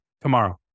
tomorrow